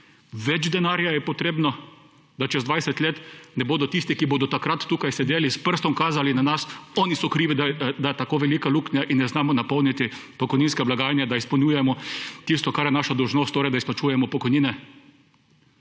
Več denarja je potrebno, da čez 20 let ne bodo tisti, ki bodo takrat tukaj sedeli s prsom kazali na nas: oni so krivi, da je tako velika luknja in ne znamo napolniti pokojninske blagajne, da izpolnjujemo tisto kar je naša dolžnost, torej da izplačujemo pokojnine.